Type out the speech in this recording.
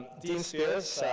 dean spears,